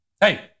Hey